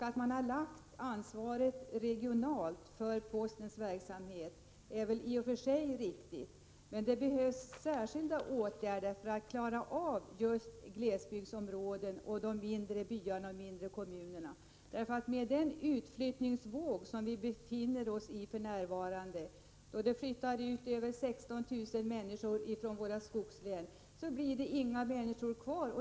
Att man har lagt ansvaret regionalt för Postens verksamhet är väl i och för sig riktigt, men det behövs särskilda åtgärder för att klara av servicen i glesbygdsområden, i de mindre kommunerna och byarna. Med den utflyttningsvåg som för närvarande pågår, då det flyttar ut över 16 000 människor från våra skogslän, blir det till slut inga människor kvar.